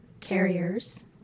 carriers